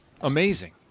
Amazing